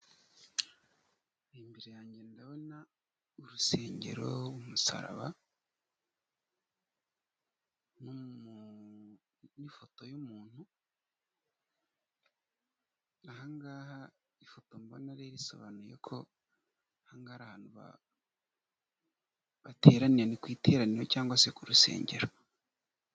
Imbere yanjye ndabona urusengero ruiriho umusaraba, mu ifoto y'umuntu ahangaha ifoto mbona rero isobanuye ko abantu bateraniye ku iteraniro cyangwa se ku rusengero.